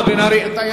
סליחה, בן-ארי.